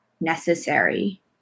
necessary